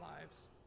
lives